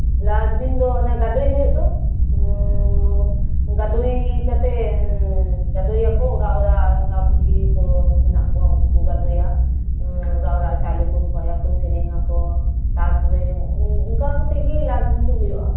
ᱞᱟᱥᱫᱤᱱ ᱫᱚ ᱚᱱᱟ ᱜᱟᱫᱚᱭ ᱦᱩᱭᱩᱜ ᱫᱚ ᱜᱟᱫᱚᱭ ᱠᱟᱛᱮᱫᱜᱟᱫᱚᱭ ᱟᱠᱩ ᱚᱲᱟᱜ ᱚᱲᱟᱜ ᱚᱱᱠᱟ ᱵᱩᱰᱷᱤ ᱠᱩ ᱢᱮᱱᱟᱜ ᱠᱚᱣᱟ ᱩᱱᱠᱩ ᱠᱩ ᱜᱟᱫᱚᱭᱟ ᱦᱮᱸ ᱚᱲᱟᱜ ᱚᱲᱟᱜ ᱪᱟᱣᱞᱮ ᱠᱩ ᱠᱷᱚᱭᱟᱠᱩ ᱥᱮᱨᱮᱧ ᱟᱠᱩ ᱛᱟᱯᱚᱨᱮ ᱚᱱᱠᱟ ᱠᱟᱛᱮᱜ ᱜᱤ ᱞᱟᱥᱫᱤᱱ ᱫᱚ ᱦᱩᱭᱩᱜ ᱟ